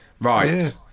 Right